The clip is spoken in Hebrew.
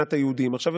במדינת היהודים" עכשיו,